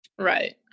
Right